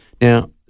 Now